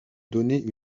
donner